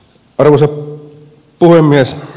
arvoisa puhemies